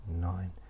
nine